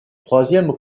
troisième